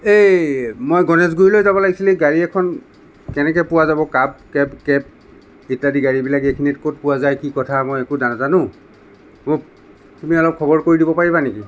এই মই গণেশগুৰিলৈ যাব লাগিছিলে গাড়ী এখন কেনেকৈ পোৱা যাব কাব কেব কেব ইত্যাদি গাড়ীবিলাক এইখিনিত ক'ত পোৱা যায় কি কথা মই একো নাজানোঁ মোক তুমি অলপ খবৰ কৰি দিব পাৰিবা নেকি